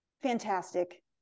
fantastic